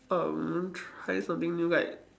um try something new like